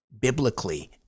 biblically